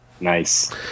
Nice